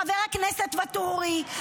חבר הכנסת ואטורי,